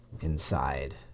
inside